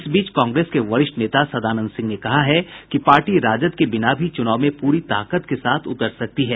इस बीच कांग्रेस के वरिष्ठ नेता सदानंद सिंह ने कहा है कि पार्टी राजद के बिना भी चुनाव में पूरी ताकत के साथ उतर सकती है